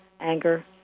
anger